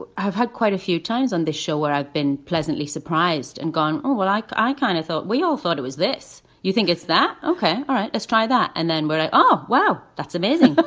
i've had quite a few times on this show where i've been pleasantly surprised and gone, oh, well, like i kind of thought we all thought it was this. you think it's that. okay. all right. let's try that. and then but what. oh wow. that's amazing. but